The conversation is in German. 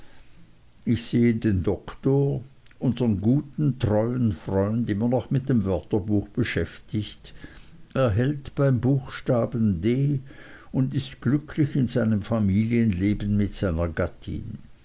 ich sehe den doktor unsern guten treuen freund immer noch mit dem wörterbuch beschäftigt er hält beim buchstaben d und ist glücklich in seinem familienleben und mit seiner gattin